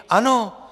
Ano.